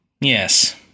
Yes